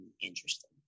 interesting